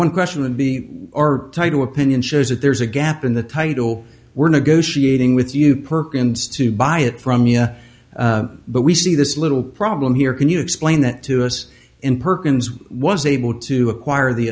one question would be are tied to opinion shows that there's a gap in the title we're negotiating with you perkins to buy it from you but we see this little problem here can you explain that to us in perkins was able to acquire the